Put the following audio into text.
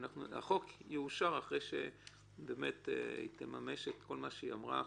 החוק יאושר אחרי שהיא תממש את כל מה שהיא אמרה עכשיו.